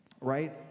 right